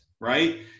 Right